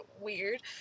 weird